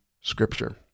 scripture